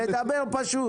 לדבר פשוט?